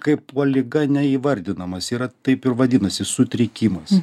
kaipo liga neįvardinamas yra taip ir vadinasi sutrikimas